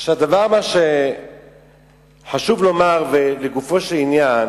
הדבר הבא שחשוב לומר, ולגופו של עניין